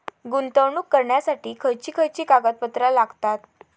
गुंतवणूक करण्यासाठी खयची खयची कागदपत्रा लागतात?